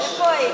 איפה היית?